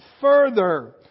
further